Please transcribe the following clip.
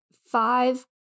five